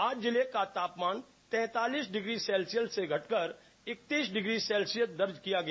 आज ज़िले का तापमान तैतालीस डिग्री सेल्सियस से घटकर इक्कतीस डिग्री सेल्सियस दर्ज़ किया गया